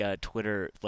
Twitter